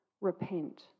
Repent